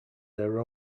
their